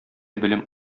белем